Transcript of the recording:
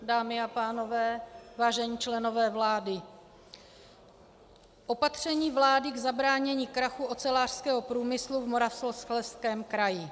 Dámy a pánové, vážení členové vlády, opatření vlády k zabránění krachu ocelářského průmyslu v Moravskoslezském kraji.